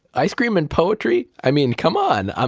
ice cream and poetry. i mean, come on! um